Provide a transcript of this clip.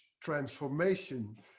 transformation